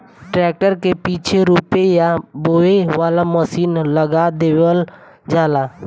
tractor के पीछे रोपे या बोवे वाला मशीन लगा देवल जाला